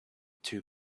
two